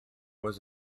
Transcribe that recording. was